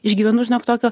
išgyvenu žinok tokio